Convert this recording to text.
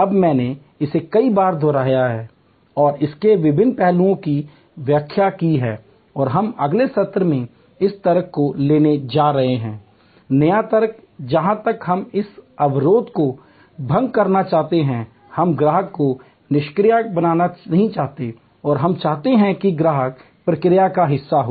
अब मैंने इसे कई बार दोहराया है और इसके विभिन्न पहलुओं की व्याख्या की है और हम अगले सत्र में इस तर्क को लेने जा रहे हैं नया तर्क जहां हम इस अवरोध को भंग करना चाहते हैं हम ग्राहक को निष्क्रिय बनाना नहीं चाहते हैं हम चाहते हैं कि ग्राहक प्रक्रिया का हिस्सा हो